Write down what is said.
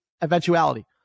eventuality